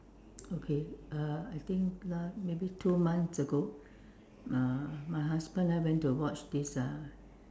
okay uh I think last maybe two months ago uh my husband and I went to watch this uh